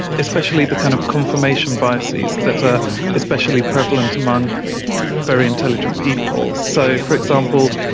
especially the kind of confirmation biases that are especially prevalent among very intelligent people. so, for example,